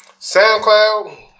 SoundCloud